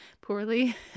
poorly